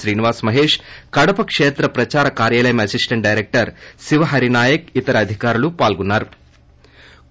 శ్రీనివాస్ మహేష్ కడప కేత్ర ప్రదార కార్యాలయం అసిస్టెంట్ డైరెక్టర్ శివ హరి నాయక్ ఇతర అధికారులు పాల్గొన్సారు